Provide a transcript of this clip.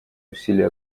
усилия